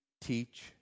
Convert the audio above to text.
teach